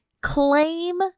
Claim